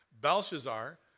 Belshazzar